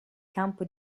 campo